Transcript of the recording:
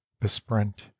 besprent